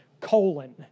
colon